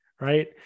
right